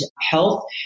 health